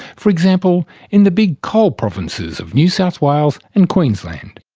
for example in the big coal provinces of new south wales and queensland?